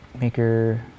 Maker